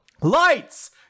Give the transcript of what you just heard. Lights